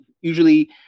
usually